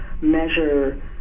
measure